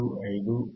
75 1